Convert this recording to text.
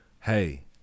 hey